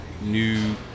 new